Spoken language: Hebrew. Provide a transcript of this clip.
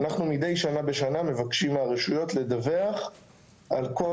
אנחנו מדי שנה ושנה מבקשים מהרשויות לדווח על כל